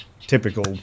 typical